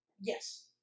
Yes